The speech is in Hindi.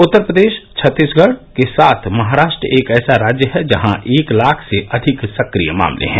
उत्तर प्रदेश छत्तीसगढ के साथ महाराष्ट्र एक ऐसा राज्य है जहां एक लाख से अधिक सक्रिय मामले हैं